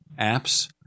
apps